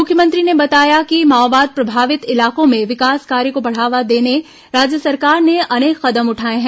मुख्यमंत्री ने बताया कि माओवाद प्रभावित इलाकों में विकास कार्य को बढ़ावा देने राज्य सरकार ने अनेक कदम उठाए हैं